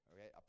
Okay